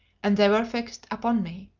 and they were fixed upon me.